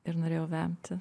ir norėjau vemti